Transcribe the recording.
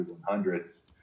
hundreds